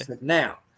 Now